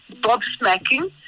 bobsmacking